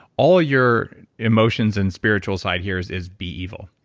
all your emotions and spiritual side hears is, be evil.